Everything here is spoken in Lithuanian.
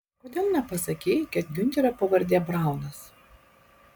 kodėl nepasakei kad giunterio pavardė braunas